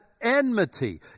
enmity